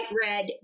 red